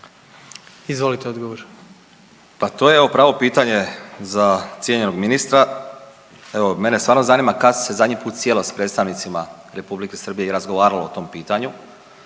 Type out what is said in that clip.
suverenisti)** Pa to je pravo pitanje za cijenjenog ministra. Evo mene stvarno zanima kada se zadnji put sjelo s predstavnicima Republike Srbije i razgovaralo o tom pitanju.